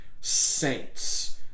saints